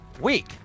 week